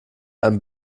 einen